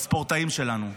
בספורטאים שלנו.